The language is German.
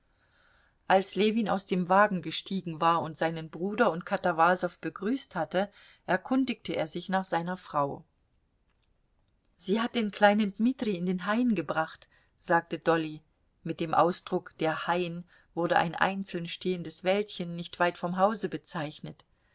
als ljewin aus dem wagen gestiegen war und seinen bruder und katawasow begrüßt hatte erkundigte er sich nach seiner frau sie hat den kleinen dmitri in den hain gebracht sagte dolly mit dem ausdruck der hain wurde ein einzeln stehendes wäldchen nicht weit vom hause bezeichnet